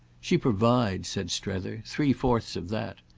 she provides, said strether, three fourths of that.